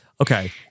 Okay